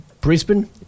Brisbane